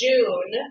June